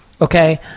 okay